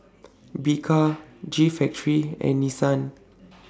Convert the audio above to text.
Bika G Factory and Nissan